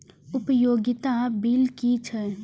उपयोगिता बिल कि छै?